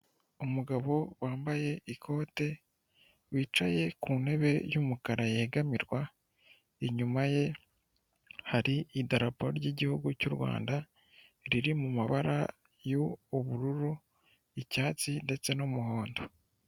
Umugabo wambaye ikote wicaye ku ntebe y'umukara yegamirwa; inyuma ye hari idarapo ry'igihugu cyu rwanda riri mu mabara y'ubururu, icyatsi ndetse n'umuhondo.